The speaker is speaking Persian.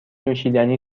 نوشیدنی